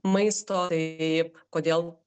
maisto tai kodėl